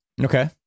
Okay